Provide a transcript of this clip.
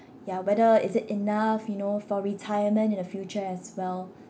yeah whether is it enough you know for retirement in the future as well